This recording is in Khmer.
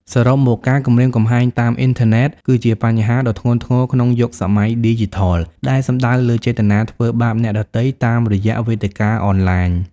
សរុបមក ការគំរាមកំហែងតាមអ៊ីនធឺណិត គឺជាបញ្ហាដ៏ធ្ងន់ធ្ងរក្នុងយុគសម័យឌីជីថល ដែលសំដៅលើចេតនាធ្វើបាបអ្នកដទៃតាមរយៈវេទិកាអនឡាញ។